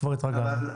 כבר התרגלנו.